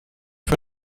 für